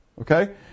okay